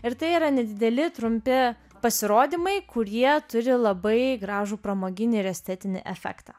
ir tai yra nedideli trumpi pasirodymai kurie turi labai gražų pramoginį ir estetinį efektą